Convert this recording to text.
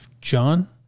John